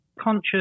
conscious